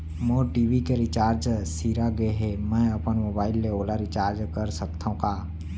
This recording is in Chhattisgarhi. मोर टी.वी के रिचार्ज सिरा गे हे, मैं अपन मोबाइल ले ओला रिचार्ज करा सकथव का?